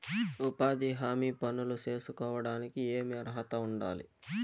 ఉపాధి హామీ పనులు సేసుకోవడానికి ఏమి అర్హత ఉండాలి?